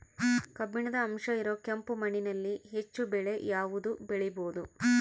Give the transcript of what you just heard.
ಕಬ್ಬಿಣದ ಅಂಶ ಇರೋ ಕೆಂಪು ಮಣ್ಣಿನಲ್ಲಿ ಹೆಚ್ಚು ಬೆಳೆ ಯಾವುದು ಬೆಳಿಬೋದು?